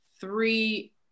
three